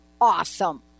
Awesome